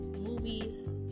movies